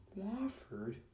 Wofford